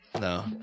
no